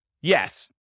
Yes